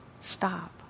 stop